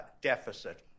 deficit